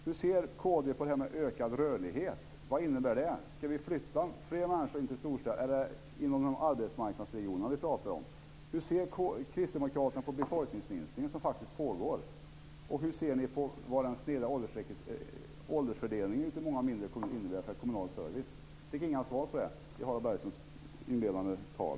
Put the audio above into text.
Hur ser kd på detta med ökad rörlighet? Vad innebär det? Ska vi flytta fler människor in till storstäderna, eller är det inom arbetsmarknadsregionerna vi pratar om? Hur ser Kristdemokraterna på den befolkningsminskning som faktiskt pågår? Hur ser ni på den sneda åldersfördelningen ute i många mindre kommuner och vad det innebär för den kommunala servicen? Jag fick inga svar på det i Harald Bergströms inledande tal.